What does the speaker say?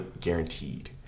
guaranteed